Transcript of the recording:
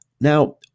now